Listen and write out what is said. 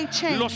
change